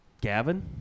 Gavin